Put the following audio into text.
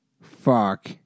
Fuck